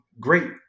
great